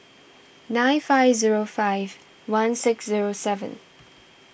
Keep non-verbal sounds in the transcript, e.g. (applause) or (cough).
nine five zero five one six zero seven (noise)